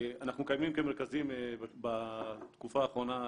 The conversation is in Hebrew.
אנחנו מקיימים כמרכזים בתקופה האחרונה